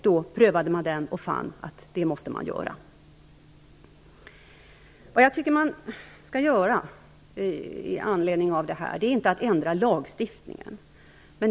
Då prövade man denna begäran och fann att det måste göras. Vad jag tycker att man skall göra i anledning av det här är inte att ändra lagstiftningen.